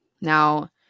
Now